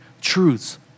truths